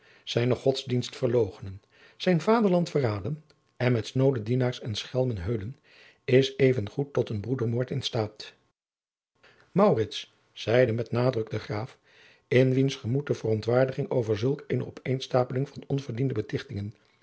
zijne godsdienst verloochenen zijn vaderland verraden en met snoode dienaars en schelmen heulen is even goed tot een broedermoord in staat maurits zeide met nadruk de graaf in wiens gemoed de verontwaardiging over zulk eene opeenstapeling van onverdiende betichtingen